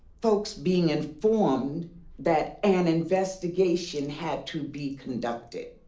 folks being informed that an investigation had to be conducted,